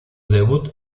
debut